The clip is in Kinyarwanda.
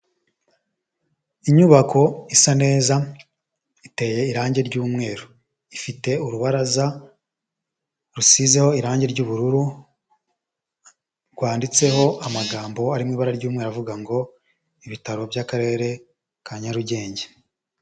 Inyubako isa neza, iteye irange ry'umweru, ifite urubaraza rusizeho irange ry'ubururu, rwanditseho amagambo arimo ibara ry'umweru aravuga ngo: " Ibitaro by'Akarere ka Nyarugenge."